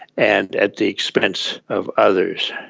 and at the expense of others.